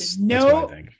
no